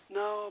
no